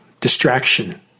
distraction